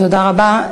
תודה רבה.